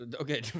Okay